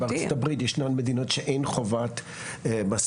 שבארצות הברית ישנן מדינות שאין חובת מסכות,